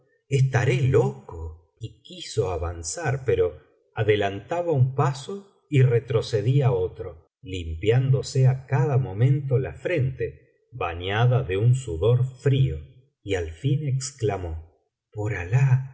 estaré loco y quiso avanzar pero adelantaba un paso y retrocedía otro limpiándose á cada momento la frente bañada de un sudor frío y al fin exclamó por alah